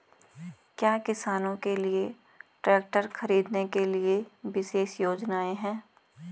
क्या किसानों के लिए ट्रैक्टर खरीदने के लिए विशेष योजनाएं हैं?